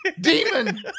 demon